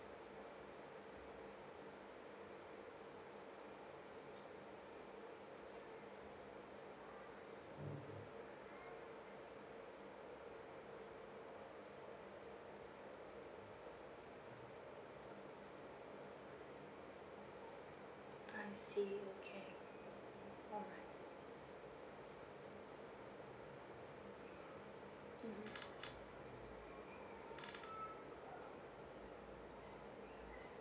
I see okay alright mmhmm